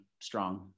strong